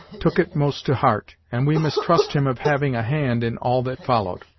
took it most to heart, and we mistrust him of having a hand in all that followed.